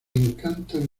encantan